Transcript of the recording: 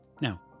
Now